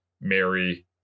Mary